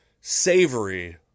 Savory